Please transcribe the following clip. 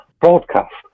broadcast